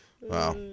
Wow